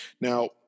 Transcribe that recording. Now